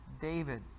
David